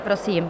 Prosím.